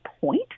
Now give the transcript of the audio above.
point